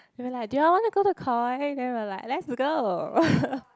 they were like do you all want to go to koi then we were like let's go